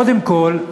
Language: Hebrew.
קודם כול,